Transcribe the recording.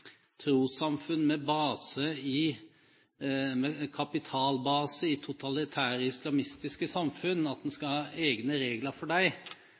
trossamfunn med «kapital med base i totalitære, islamistiske» samfunn – at en skal ha egne regler for